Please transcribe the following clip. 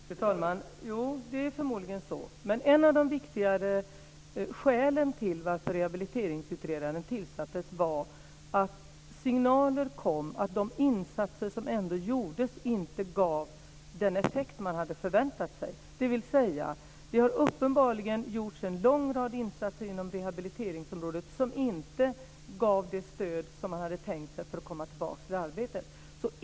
Fru talman! Jo, det är förmodligen så. Men ett av de viktigare skälen till att rehabiliteringsutredaren tillsattes var att signaler kom om att de insatser som ändå gjordes inte gav den förväntade effekten. Det har alltså uppenbarligen gjorts en lång rad insatser som inte gav det stöd som man hade tänkt sig när det gäller möjligheterna att komma tillbaka till arbete.